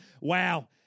Wow